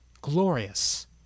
Glorious